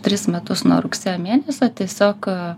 tris metus nuo rugsėjo mėnesio tiesiog